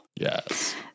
Yes